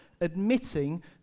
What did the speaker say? admitting